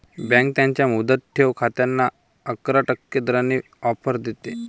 bank त्यांच्या मुदत ठेव खात्यांना अकरा टक्के दराने ऑफर देते